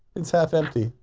it's half empty.